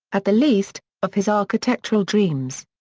at the least, of his architectural dreams.